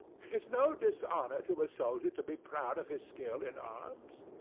it is no dishonor to a soldier to be proud of his skill in arms.